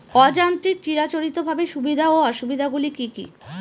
অযান্ত্রিক চিরাচরিতভাবে সুবিধা ও অসুবিধা গুলি কি কি?